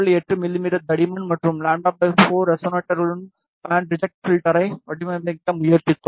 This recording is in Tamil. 8 மிமீ தடிமன் மற்றும் λ 4 ரெசனேட்டர்களுடன் பேண்ட் ரிஜெக்ட் ஃப்ல்டரை வடிவமைக்க முயற்சித்தோம்